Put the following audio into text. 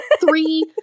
three